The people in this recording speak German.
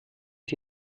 sie